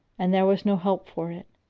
and there was no help for it.